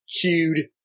cued